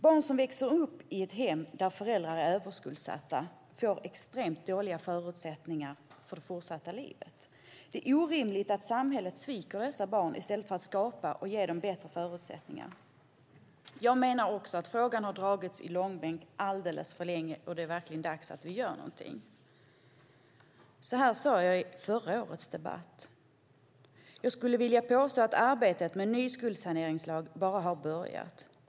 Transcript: Barn som växer upp i ett hem där föräldrarna är överskuldsatta får extremt dåliga förutsättningar för det fortsatta livet. Det är orimligt att samhället sviker dessa barn i stället för att ge dem bättre förutsättningar. Jag menar att frågan har dragits i långbänk alldeles för länge, och det är verkligen dags att göra något. Så här sade jag i förra årets debatt: Jag skulle vilja påstå att arbetet med en ny skuldsaneringslag bara har börjat.